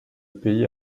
pays